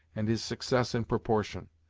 and his success in proportion.